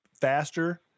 faster